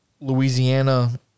Louisiana